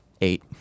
Eight